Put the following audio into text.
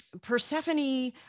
Persephone